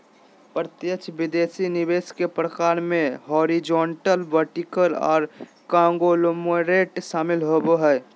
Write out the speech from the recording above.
प्रत्यक्ष विदेशी निवेश के प्रकार मे हॉरिजॉन्टल, वर्टिकल आर कांगलोमोरेट शामिल होबो हय